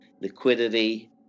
liquidity